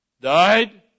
died